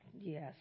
Yes